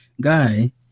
guy